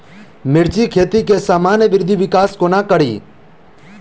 मिर्चा खेती केँ सामान्य वृद्धि विकास कोना करि?